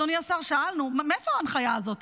אדוני השר, שאלנו מאיפה ההנחיה הזאת.